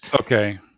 Okay